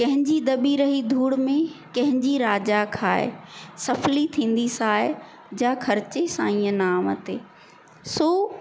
कंहिंजी दॿी रही धूड़ में कंहिंजी राजा खाए सफिली थींदी साए जा ख़र्ची साईंअ नांव ते सो